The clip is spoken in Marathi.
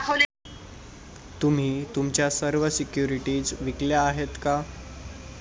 तुम्ही तुमच्या सर्व सिक्युरिटीज विकल्या आहेत का?